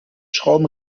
schrauben